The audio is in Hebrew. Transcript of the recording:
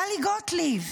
טלי גוטליב: